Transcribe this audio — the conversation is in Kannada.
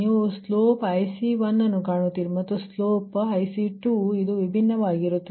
ನೀವು ಸ್ಲೋಪ್ IC1 ಅನ್ನು ಕಾಣುತ್ತೀರಿ ಮತ್ತು ಸ್ಲೋಪ್ IC2 ಇದು ವಿಭಿನ್ನವಾಗಿರುತ್ತದೆ